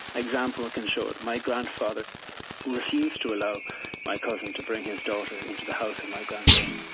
example can show it my grandfather refused to allow my cousin to bring his daughter into the house of my grandparents.